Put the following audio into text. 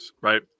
right